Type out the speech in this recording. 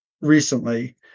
recently